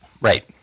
Right